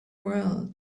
world